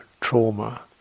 trauma